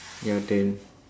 ya then